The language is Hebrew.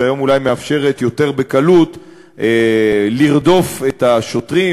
שהיום אולי מאפשר יותר בקלות לרדוף את השוטרים,